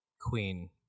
queen